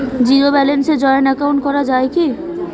Zero ব্যালেন্সে joint account করা য়ায় কি?